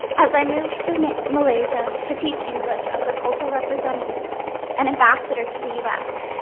as i moved to malaysia to teach english as a cultural representative an ambassador to the u s.